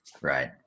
Right